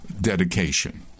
dedication